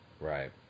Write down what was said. Right